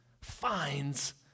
finds